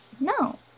No